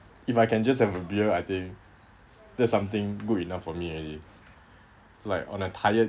if I can just have a beer I think that's something good enough for me already like on a tired